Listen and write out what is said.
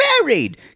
married